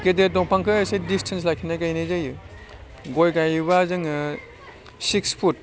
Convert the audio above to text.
गेदेर दंफांखौ एसे दिसटेन्स लाखिना गायनाय जायो गय गायोबा जोङो सिक्स फुट